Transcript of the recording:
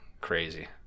crazy